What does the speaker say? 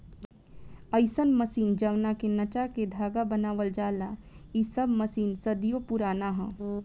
अईसन मशीन जवना के नचा के धागा बनावल जाला इ सब मशीन सदियों पुराना ह